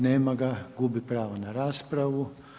Nema ga, gubi pravo na raspravu.